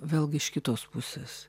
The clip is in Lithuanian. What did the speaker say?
vėlgi iš kitos pusės